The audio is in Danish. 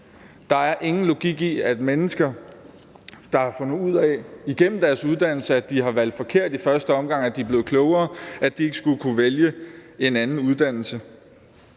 Der er ingen logik i, at mennesker, der gennem deres uddannelse har fundet ud af, at de har valgt forkert i første omgang, og er blevet klogere, ikke skal kunne vælge en anden uddannelse.